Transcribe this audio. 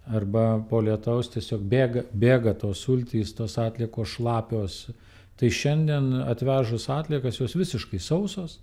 arba po lietaus tiesiog bėga bėga tos sultys tos atliekos šlapios tai šiandien atvežus atliekas jos visiškai sausos